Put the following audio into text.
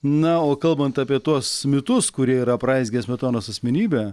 na o kalbant apie tuos mitus kurie yra apraizgę smetonos asmenybę